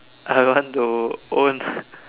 I want to own